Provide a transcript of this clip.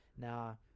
now –